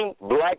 black